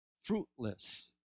fruitless